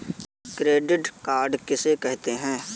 Credit card किसे कहते हैं?